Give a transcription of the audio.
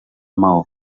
maó